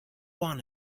want